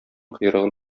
койрыгын